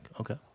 okay